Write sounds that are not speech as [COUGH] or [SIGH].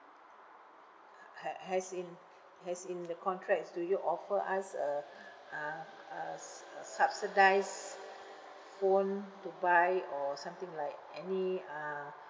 [NOISE] as in as in the contracts do you offer us a uh a s~ uh subsidised phone to buy or something like any uh